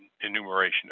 enumeration